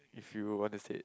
if you want to say